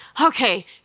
okay